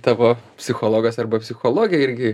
tavo psichologas arba psichologė irgi